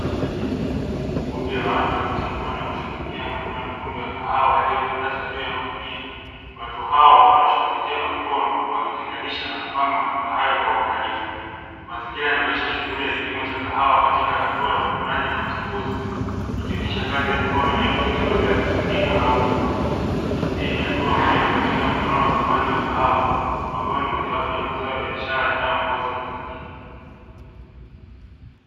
Kundi la watu wakichambua na kushughulikia matunda myekundu ya kahawa yaliyotandazwa juu ya magunia, watu hao wanashughulikia kwa mikono wakitenganisha na kupanga matunda hayo kwa uangalifu, mazingira yanaonyesha shughuli ya kilimo cha kahawa katika hatua ya ukunaji na uchambuzi; ikionyesha kazi ya mikono inayohitajika kabla ya kusindika au kuuza. Hii ni hatua muhimu katika mnyororo wa thamani wa kahawa, ambayo ni mojawapo ya mazao ya biashara yanayoongoza Tanzania.